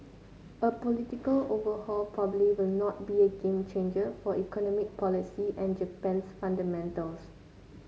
a political overhaul probably will not be a game changer for economic policy and Japan's fundamentals